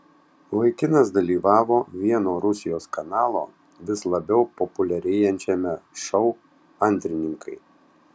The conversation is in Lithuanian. vaikinas dalyvavo vieno rusijos kanalo vis labiau populiarėjančiame šou antrininkai